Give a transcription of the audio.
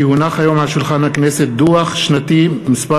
כי הונח היום על שולחן הכנסת דוח שנתי מס'